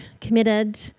committed